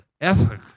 ethic